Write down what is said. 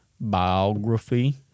biography